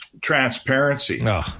transparency